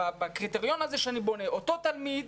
לפי מה שאנחנו שומעים ממשרד החינוך,